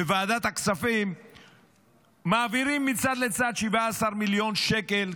בוועדת הכספים מעבירים מצד לצד 17 מיליון שקלים,